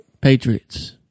Patriots